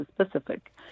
specific